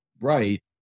right